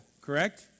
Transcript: correct